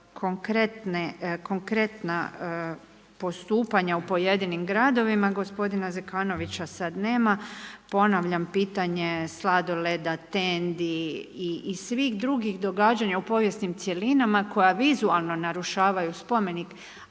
konkretna postupanja u pojedinim gradovima. Gospodina Zekanovića sad nema. Ponavljam pitanje sladoleda, tendi i svih drugih događanja u povijesnim cjelinama koja vizualno narušavaju spomenik,